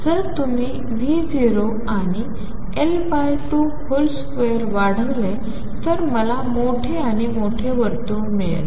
जर तुम्ही V0 आणि L22 वाढवले तर मला मोठे आणि मोठे वर्तुळ मिळेल